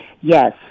Yes